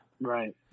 right